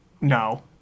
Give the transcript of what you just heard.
No